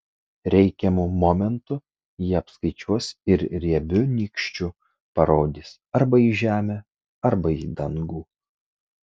reikiamu momentu jie apskaičiuos ir riebiu nykščiu parodys arba į žemę arba į dangų